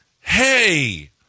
hey